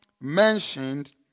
mentioned